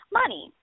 money